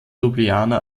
ljubljana